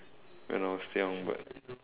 when I was young but